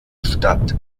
statt